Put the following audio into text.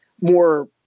more